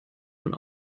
von